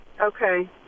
Okay